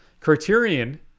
Criterion